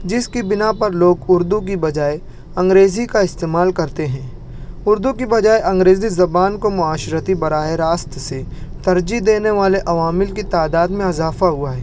جس کی بنا پر لوگ اردو کی بجائے انگریزی کا استعمال کرتے ہیں اردو کی بجائے انگریزی زبان کو معاشرتی براہ راست سے ترجیح دینے والے عوامل کی تعداد میں اضافہ ہوا ہے